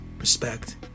Respect